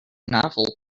novel